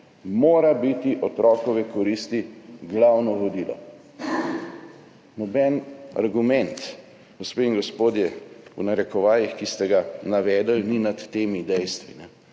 morajo biti otrokove koristi glavno vodilo. Noben argument, gospe in gospodje, v narekovajih, ki ste ga navedli, ni nad temi dejstvi